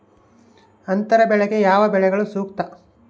ಅಂತರ ಬೆಳೆಗೆ ಯಾವ ಬೆಳೆಗಳು ಸೂಕ್ತ?